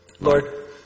Lord